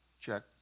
Check